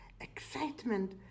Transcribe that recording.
excitement